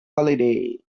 holiday